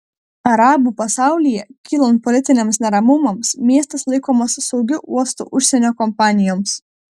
arabų pasaulyje kylant politiniams neramumams miestas laikomas saugiu uostu užsienio kompanijoms